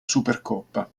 supercoppa